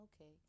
okay